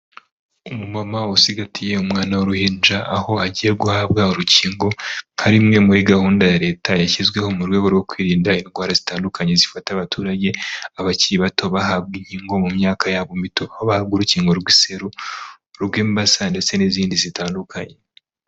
Umumama usigatiye umwana w'uruhinja aho agiye guhabwa urukingo, nka bimwe muri gahunda ya leta yashyizweho mu rwego rwo kwirinda indwara zitandukanye zifata abaturage abakiri bato. Bahabwa inkingo mu myaka yabo mito aho bahabwa urukingo rw'iseru, urw'imbasa ndetse n'izindi zitandukanye.